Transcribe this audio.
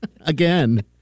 Again